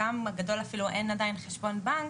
לחלקם הגדול אפילו אין עדיין חשבון בנק,